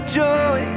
joy